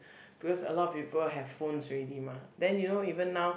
because a lot of people have phones already mah then you know even now